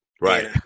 Right